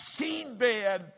seedbed